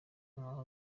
nk’aho